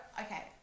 okay